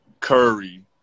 Curry